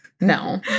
no